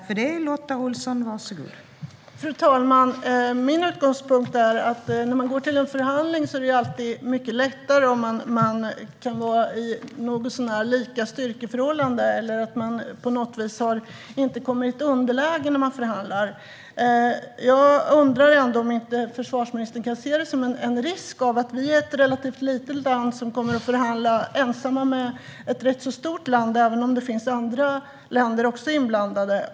Fru talman! När man går till en förhandling är det alltid lättare om styrkeförhållandet är något så när lika eller om man i alla fall inte är i underläge. Jag undrar om försvarsministern kan se det som en risk. Vi är ett relativt litet land som kommer att förhandla ensamt med ett rätt så stort land, även om det finns andra länder inblandade.